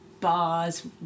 bars